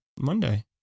Monday